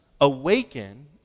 awaken